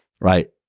right